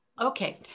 Okay